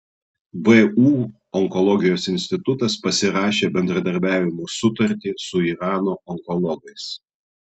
vu onkologijos institutas pasirašė bendradarbiavimo sutartį su irano onkologais